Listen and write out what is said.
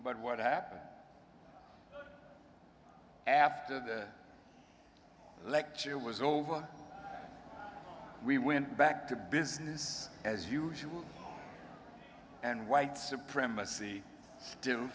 but what happened after the lecture was over we went back to business as usual and white supremacy still